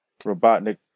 Robotnik